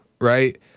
right